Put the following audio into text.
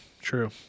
true